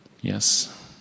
yes